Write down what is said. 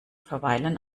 verweilen